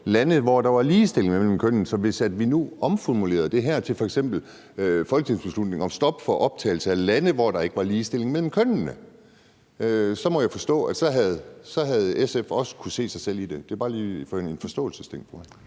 lande, hvor der var ligestilling mellem kønnene. Så hvis vi nu omformulerede det her til f.eks. en folketingsbeslutning om stop for optagelse af lande, hvor der ikke var ligestilling mellem kønnene, så må jeg forstå, at SF også havde kunnet se sig selv i det. Men det er bare lige for at få en forståelse